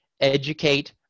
educate